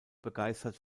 begeistert